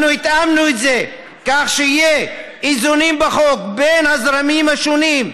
אנחנו התאמנו את זה כך שיהיו איזונים בחוק בין הזרמים השונים: